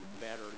better